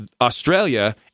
Australia